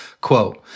quote